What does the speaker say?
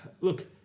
Look